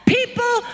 People